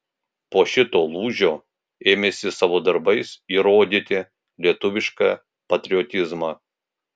po šito lūžio ėmėsi savo darbais įrodyti lietuvišką patriotizmą